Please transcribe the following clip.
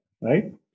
right